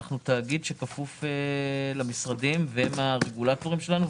אנחנו תאגיד שכפוף למשרדים והם הרגולטורים שלנו.